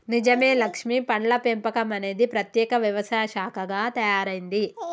నిజమే లక్ష్మీ పండ్ల పెంపకం అనేది ప్రత్యేక వ్యవసాయ శాఖగా తయారైంది